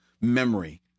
memory